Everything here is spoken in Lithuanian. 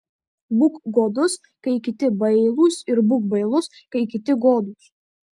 būk godus kai kiti bailūs ir būk bailus kai kiti godūs